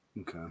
Okay